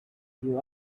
you